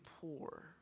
poor